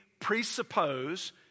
presuppose